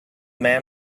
man